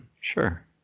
Sure